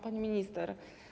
Pani Minister!